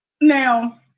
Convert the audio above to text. now